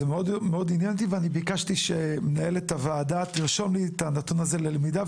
אני ביקשתי שמנהלת הוועדה תרשום לי את הנתון הזה ללמידה,